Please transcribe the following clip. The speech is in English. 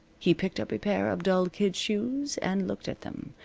he picked up a pair of dull kid shoes and looked at them.